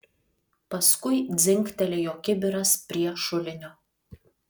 paskui dzingtelėjo kibiras prie šulinio